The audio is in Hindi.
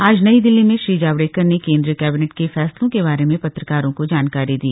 आज नई दिल्ली में श्री जावडेकर ने केंद्रीय कैबिनेट के फैसलों के बारे में पत्रकारो को जानकारी दी